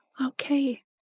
Okay